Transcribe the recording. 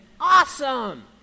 awesome